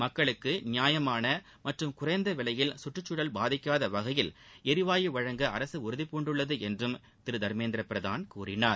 மக்களுக்கு நியமான மற்றும் குறைந்த விலையில் சூற்றுச்சூழல் பாதிக்காத வகையில் எரிவாயு வழங்க அரசு உறுதிபூண்டுள்ளது என்றும் திரு தர்மேந்திர பிரதான் கூறினார்